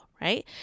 Right